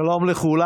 שלום לכולם.